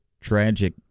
tragic